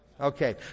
okay